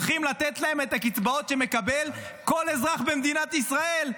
הולכים לתת להם את הקצבאות שמקבל כל אזרח במדינת ישראל?